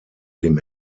dem